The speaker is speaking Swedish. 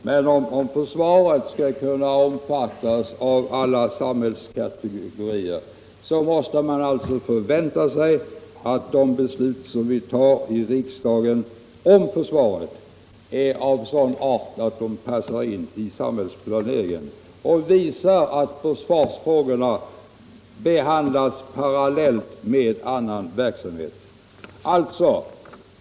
Men om försvaret skall kunna omfattas av alla medborgarkategorier, måste man förvänta sig att de beslut om försvaret som fattas i riksdagen är av sådan art att de passar in i samhällsplaneringen och visar att försvarsfrågorna behandlas parallellt med annan verksamhet.